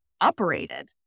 operated